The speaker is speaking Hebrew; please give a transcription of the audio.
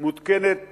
מותקנת